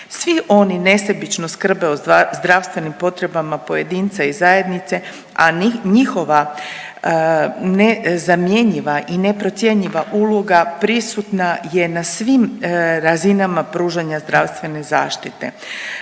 Svi oni nesebično skrbe o zdravstvenim potrebama pojedinca i zajednice, a njihova nezamjenjiva i neprocjenjiva uloga prisutna je na svim razinama pružanja zdravstvene zaštite.